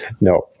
No